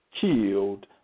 killed